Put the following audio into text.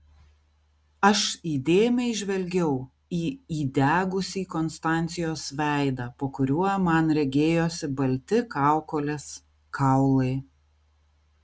aš įdėmiai žvelgiau į įdegusį konstancijos veidą po kuriuo man regėjosi balti kaukolės kaulai